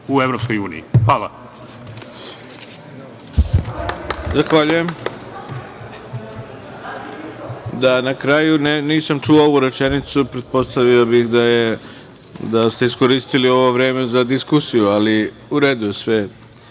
u EU? Hvala. **Ivica Dačić** Zahvaljujem. Da na kraju nisam čuo ovu rečenicu, pretpostavio bih da ste iskoristili ovo vreme za diskusiju, ali u redu je.